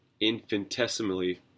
infinitesimally